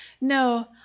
no